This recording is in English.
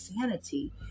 sanity